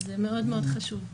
אז זה חשוב מאוד.